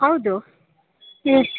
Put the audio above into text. ಹೌದು ಹೇಳಿ